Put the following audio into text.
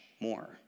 more